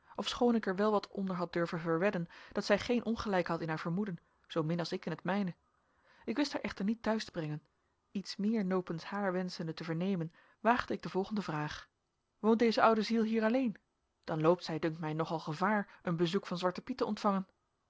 ofschoon ik er wel wat onder had durven verwedden dat zij geen ongelijk had in haar vermoeden zoomin als ik in het mijne ik wist haar echter niet te huis te brengen iets meer nopens haar wenschende te vernemen waagde ik de volgende vraag woont deze oude ziel hier alleen dan loopt zij dunkt mij nog al gevaar een bezoek van zwarten piet te ontvangen